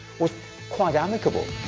was quite amicable.